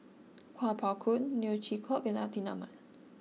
Kuo Pao Kun Neo Chwee Kok and Atin Amat